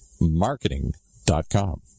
Marketing.com